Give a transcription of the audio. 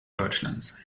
deutschlands